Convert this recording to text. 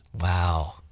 Wow